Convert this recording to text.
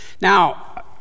Now